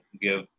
give